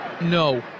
No